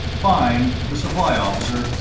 fine, the supply officer,